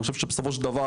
אני חושב שבסופו של דבר,